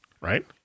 right